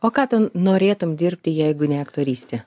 o ką ten norėtum dirbti jeigu ne aktorystė